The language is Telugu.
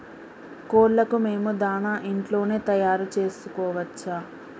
కోళ్లకు మేము దాణా ఇంట్లోనే తయారు చేసుకోవచ్చా?